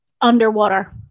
Underwater